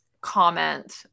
comment